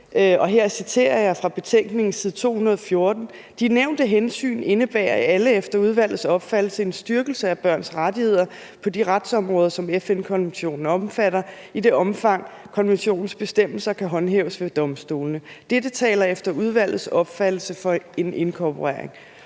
her citerer jeg fra betænkningen side 214: »De nævnte hensyn indebærer alle efter udvalgets opfattelse en styrkelse af børns rettigheder på de retsområder, som FN-konventionen omfatter, i det omfang konventionens bestemmelser kan håndhæves ved domstolene. Dette taler efter udvalgets opfattelse for en inkorporering.«